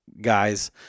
guys